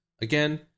again